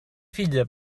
filla